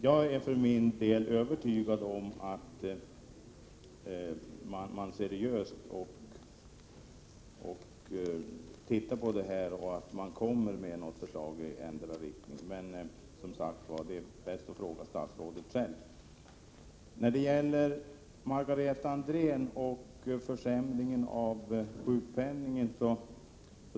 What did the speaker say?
Jag är för min del övertygad om att man seriöst tittar på detta och kommer med ett förslag i endera riktningen, men, som sagt: det är bäst att fråga statsrådet själv. Margareta Andrén säger att hon inte försökte förringa försämringen av sjukpenningen.